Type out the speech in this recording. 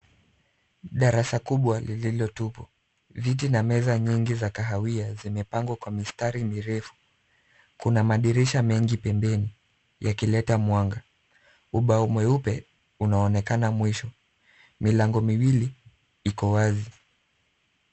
Darasa kubwa lililotupu. Viti na meza nyingi za kahawia zimepangwa kwa mistari mirefu. Kuna madirisha mengi pembeni yakileta mwanga. Ubao mweupe unaonekana mwisho. Milango miwili iko wazi.